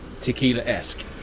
tequila-esque